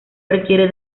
requiere